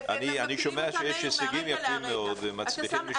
אני שומע שיש הישגים יפים מאוד והם מצליחים לשנות.